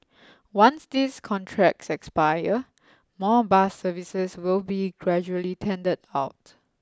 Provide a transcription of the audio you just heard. once these contracts expire more bus services will be gradually tendered out